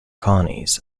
colonies